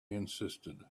insisted